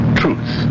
truth